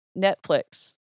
netflix